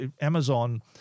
Amazon